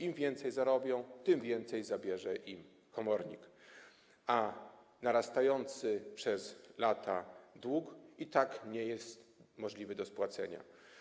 Im więcej zarabiają, tym więcej zabiera im komornik, a narastający przez lata dług i tak jest niemożliwy do spłacenia.